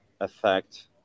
affect